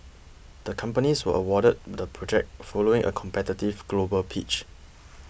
the companies were awarded the project following a competitive global pitch